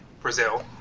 Brazil